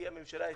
כי הממשלה התירה,